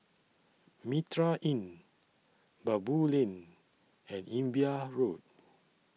Mitraa Inn Baboo Lane and Imbiah Road